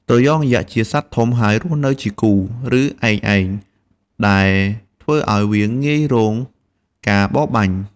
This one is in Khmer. ត្រយងយក្សជាសត្វធំ ហើយរស់នៅជាគូ ឬឯកឯង ដែលធ្វើឲ្យវាងាយរងការបរបាញ់។